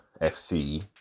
FC